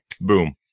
boom